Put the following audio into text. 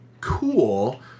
cool